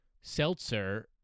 seltzer